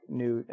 new